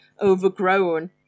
overgrown